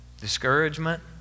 discouragement